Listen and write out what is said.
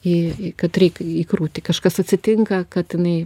į kad reik į krūtį kažkas atsitinka kad jinai